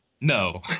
No